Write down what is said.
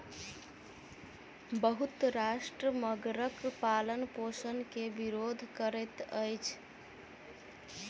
बहुत राष्ट्र मगरक पालनपोषण के विरोध करैत अछि